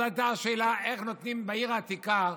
אז עלתה השאלה איך נותנים בעיר העתיקה,